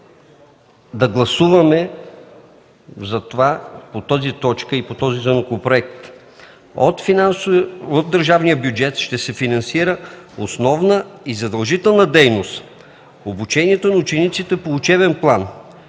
да гласуваме по тази точка и по този законопроект – от държавния бюджет ще се финансира основна и задължителна дейност. Обучението на учениците по учебен план